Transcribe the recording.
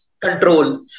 control